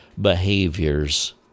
behaviors